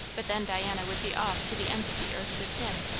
but then diana would be off to the ends of the earth with him.